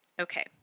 Okay